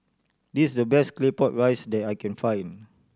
this is the best Claypot Rice that I can find